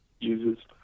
uses